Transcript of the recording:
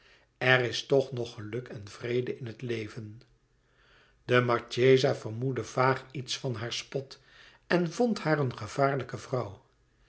er is toch nog geluk en vrede in het leven de marchesa vermoedde vaag iets van haar spot en vond haar een gevaarlijke vrouw